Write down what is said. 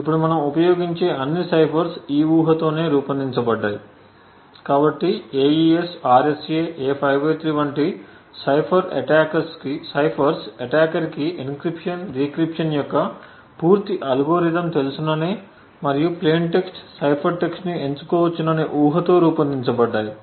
ఇప్పుడు మనం ఉపయోగించే అన్ని సైఫర్స్ ఈ ఊహతోనే రూపొందించబడ్డాయి కాబట్టి AES RSA A53 వంటి సైఫర్స్ అటాకర్కి ఎన్క్రిప్షన్ డీక్రిప్షన్ యొక్క పూర్తి అల్గోరిథం తెలుసుననే మరియు ప్లేయిన్ టెక్స్ట్ సైఫర్ టెక్స్ట్ని ఎంచుకోవచ్చుననే ఊహతో రూపొందించబడింది